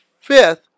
fifth